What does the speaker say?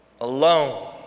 Alone